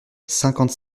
cinquante